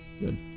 good